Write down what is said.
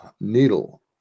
needle